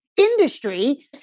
Industry